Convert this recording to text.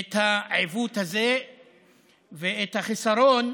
את העיוות הזה ואת החיסרון,